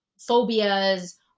phobias